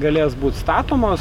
galės būt statomos